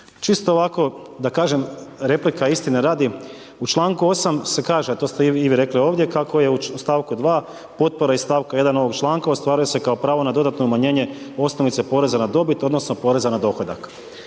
Čisto ovako da kažem, replika istine radi, u članku 8. se kaže, a to ste i vi rekli ovdje kako je u stavku 2. potpora iz stavka 1. ovog članka ostvaruje se kao pravo na dodatno umanjenje osnovice poreza na dobit odnosno poreza na dohodak.